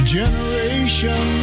generation